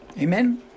Amen